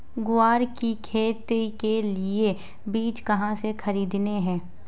ग्वार की खेती के लिए बीज कहाँ से खरीदने हैं?